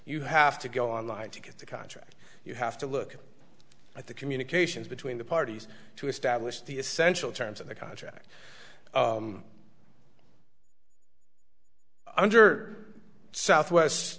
you have to go online to get the contract you have to look at the communications between the parties to establish the essential terms of the contract under southwest